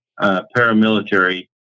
paramilitary